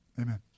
amen